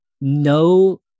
no